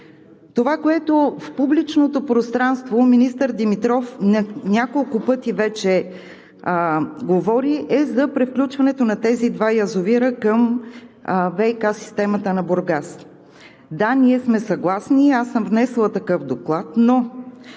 Това, което в публичното пространство министър Димитров няколко пъти вече говори, е за превключването на тези два язовира към ВиК системата на Бургас. Да, ние сме съгласни и аз съм внесла такъв доклад, но